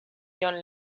john